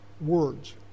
words